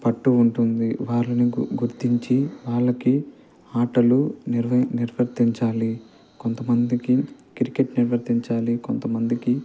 పట్టు ఉంటుంది వాళ్ళని గు గుర్తించి వాళ్ళకి ఆటలు నిర్వ నిర్వర్తించాలి కొంతమందికి క్రికెట్ నిర్వర్తించాలి కొంతమందికి